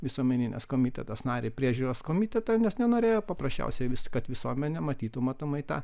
visuomeninės komitetas narį į priežiūros komitetą nes nenorėjo paprasčiausiai vis kad visuomenė matytų matomai tą